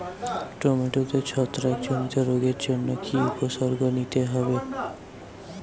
টমেটোতে ছত্রাক জনিত রোগের জন্য কি উপসর্গ নিতে হয়?